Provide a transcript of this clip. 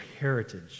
heritage